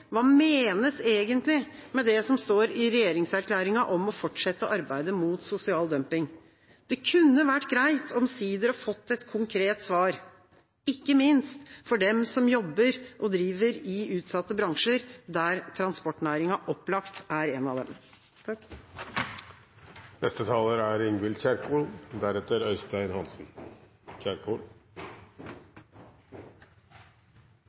Hva menes egentlig med det som står i regjeringserklæringa om å fortsette arbeidet mot sosial dumping? Det kunne vært greit omsider å få et konkret svar, ikke minst for dem som jobber og driver i utsatte bransjer, der transportnæringa opplagt er en av dem.